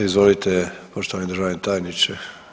Izvolite poštovani državni tajniče.